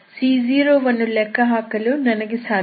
c0 ವನ್ನು ಲೆಕ್ಕಹಾಕಲು ನನಗೆ ಸಾಧ್ಯವಿಲ್ಲ